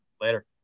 Later